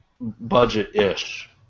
Budget-ish